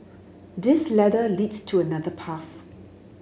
this ladder leads to another path